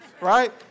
right